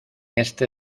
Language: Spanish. este